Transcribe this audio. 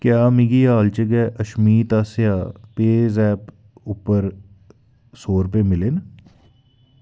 क्या मिगी हाल च गै अशमीत आसेआ पेऽजैप उप्पर सौर रपेऽ मिले न